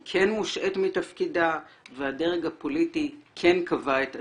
היא כן מושעית מתפקידה והדרג הפוליטי כן קבע את עתידה.